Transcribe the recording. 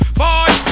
boy